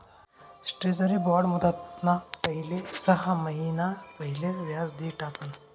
treasury bond मुदतना पहिले सहा महिना पहिले व्याज दि टाकण